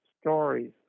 stories